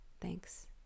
Thanks